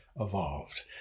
evolved